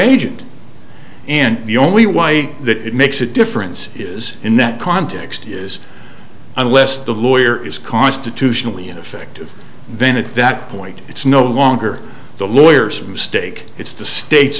agent and the only why that makes a difference is in that context is unless the lawyer is constitutionally ineffective then at that point it's no longer the lawyers mistake it's the state